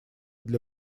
для